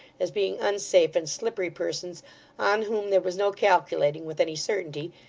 as being unsafe and slippery persons on whom there was no calculating with any certainty,